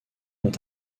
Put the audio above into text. ont